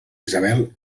isabel